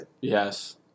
Yes